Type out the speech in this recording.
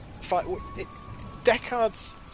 Deckard's